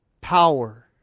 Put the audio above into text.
power